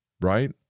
right